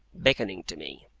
beckoning to me.